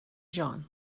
john